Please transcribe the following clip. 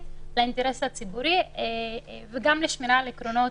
לאינטרס הציבורי וגם לשמירה על עקרונות